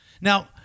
now